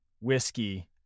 whiskey